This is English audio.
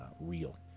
real